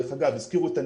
דרך אגב, הזכירו את הנכים.